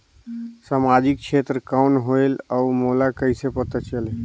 समाजिक क्षेत्र कौन होएल? और मोला कइसे पता चलही?